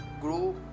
grow